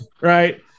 Right